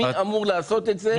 מי אמור לעשות את זה,